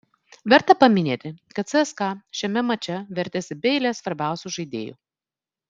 verta paminėti kad cska šiame mače vertėsi be eilės svarbiausių žaidėjų